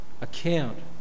account